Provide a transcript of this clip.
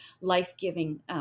life-giving